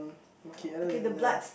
okay other than that